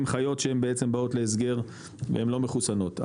עם חיות שהם בעצם באות להסגר והן לא מחוסנות.